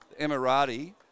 Emirati